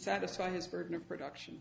satisfy his burden of production